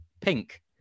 Pink